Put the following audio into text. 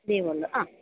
leave ഉള്ളു ആ